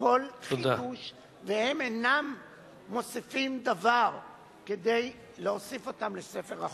כל חידוש והן אינן מוסיפות דבר כדי להוסיף אותן לספר החוקים?